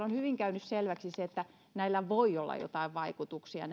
on hyvin käynyt selväksi se että näillä teidän pitkällä listalla voi olla joitain vaikutuksia